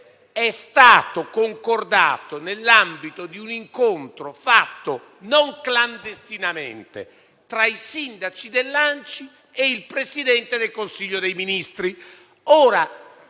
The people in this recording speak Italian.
stato concordato nell'ambito di un incontro fatto - non clandestinamente - tra i sindaci dell'ANCI e il Presidente del Consiglio dei ministri.